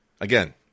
Again